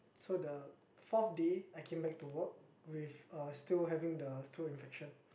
so the fourth day I came back to work with uh still having the throat infection